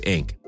Inc